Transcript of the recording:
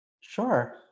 Sure